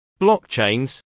blockchains